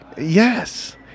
Yes